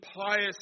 pious